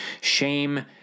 Shame